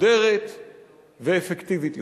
מסודרת ואפקטיבית יותר.